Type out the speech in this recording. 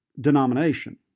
denomination